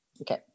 Okay